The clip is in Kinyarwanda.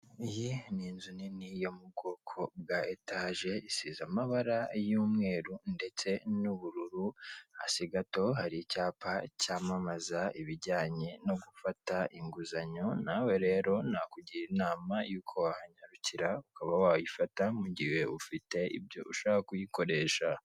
Iyi ni inzu nini yo mu bwoko bwa etaje, isize amabara y'umweru ndetse n'ubururu, asi gato hari icyapa cyamamaza ibijyanye no gufata inguzanyo, nawe rero nakugira inama yuko wahanyarukira ukaba wayifata, mu gihe ufite ibyo ushaka kuyikoresha.